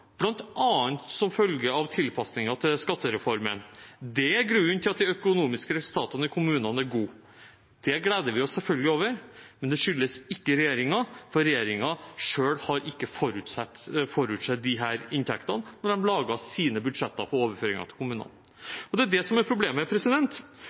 bl.a. som følge av tilpasninger til skattereformen, som er grunnen til at de økonomiske resultatene i kommunene er gode. Det gleder vi oss selvfølgelig over, men det skyldes ikke regjeringen, for regjeringen selv har ikke forutsett disse inntektene da de laget sine budsjetter for overføringer til